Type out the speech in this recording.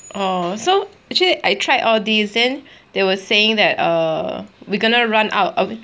orh so actually I tried all these then they were saying that err we gonna run out of it